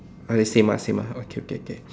ah the same ah same ah okay okay okay